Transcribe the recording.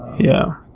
yeah.